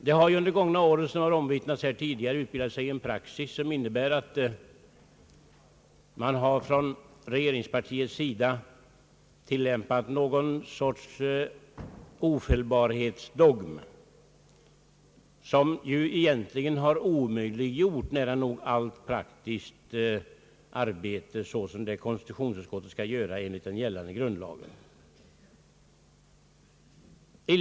Det har under gångna år, som omvittnats här tidigare, utbildat sig en praxis, som innebär att man från regeringspartiets sida tillämpat någon sorts ofelbarhetsdogm som egentligen har omöjliggjort nära nog allt praktiskt arbete som konstitutionsutskottet enligt gällande grundlag skall utföra.